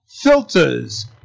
filters